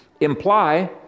imply